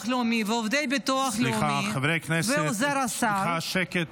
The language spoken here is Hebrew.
הלאומי ועובדי הביטוח הלאומי ועוזר השר